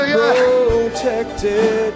protected